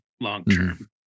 long-term